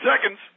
seconds